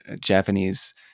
Japanese